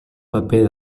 paper